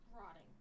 Rotting